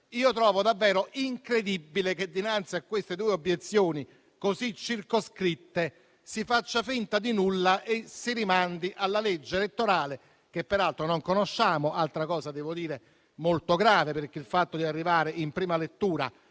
Trovo davvero incredibile che, dinanzi a queste due obiezioni così circoscritte, si faccia finta di nulla e si rimandi alla legge elettorale, che peraltro non conosciamo. Questa è un'altra cosa che considero molto grave: il fatto di arrivare in prima lettura